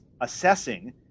assessing